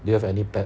do you have any pet